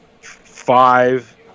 five